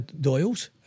Doyle's